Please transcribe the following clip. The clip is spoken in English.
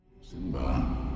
Simba